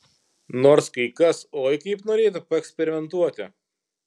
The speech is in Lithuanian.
nors kai kas oi kaip norėtų paeksperimentuoti